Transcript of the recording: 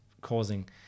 causing